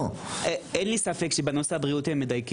אין לי ספק שמדייקים בנושא הבריאותי.